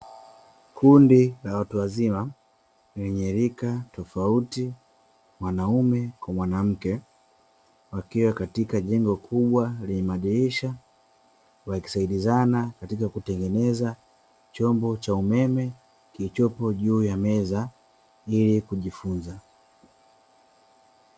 Kundi la watu wazima lenye rika tofauti mwanaume kwa mwanamke, wakiwa katika jengo kubwa, lenye madirisha wakisaidizana katika kutengeneza chombo cha umeme kilichopo juu ya meza ili kujifunza.